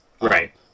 Right